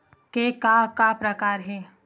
के का का प्रकार हे?